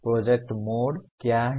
project mode क्या है